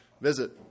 visit